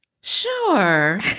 Sure